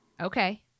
Okay